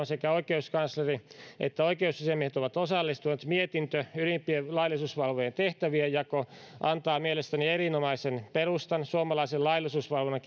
sekä oikeuskansleri että oikeusasiamies ovat osallistuneet mietintö ylimpien laillisuusvalvojien tehtävien jako antaa mielestäni erinomaisen perustan suomalaisen laillisuusvalvonnan